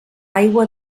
aigua